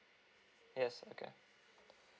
yes okay